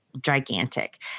gigantic